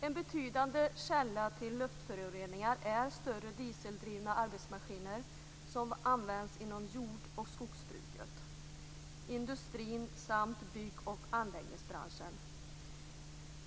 En betydande källa till luftföroreningar är större dieseldrivna arbetsmaskiner som används inom jordoch skogsbruket, industrin samt bygg och anläggningsbranschen.